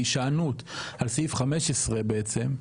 בהישענות על סעיף 15 בעצם,